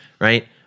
Right